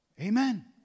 Amen